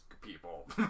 people